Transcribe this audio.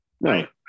right